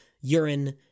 urine